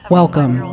Welcome